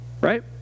right